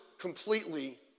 completely